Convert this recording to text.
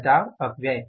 घटाव अपव्यय